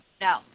No